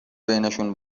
بینشون